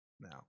now